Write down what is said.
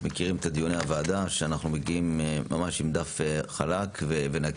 אתם מכירים את דיוני הוועדה אנחנו מגיעים עם דף חלק ונקי,